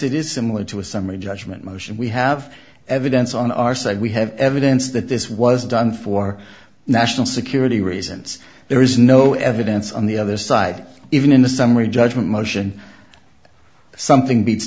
sense it is similar to a summary judgment motion we have evidence on our side we have evidence that this was done for national security reasons there is no evidence on the other side even in the summary judgment motion something beats